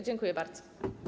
Dziękuję bardzo.